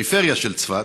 בפריפריה של צפת,